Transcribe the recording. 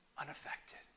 unaffected